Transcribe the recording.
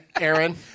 Aaron